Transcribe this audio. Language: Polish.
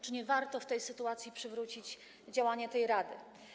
Czy nie warto w tej sytuacji przywrócić działania tej rady?